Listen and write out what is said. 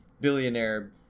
billionaire